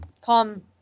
come